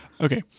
Okay